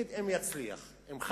אם,